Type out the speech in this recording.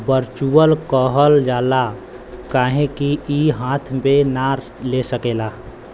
virtual कहल जाला काहे कि ई हाथ मे ना ले सकेला